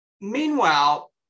Meanwhile